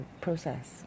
process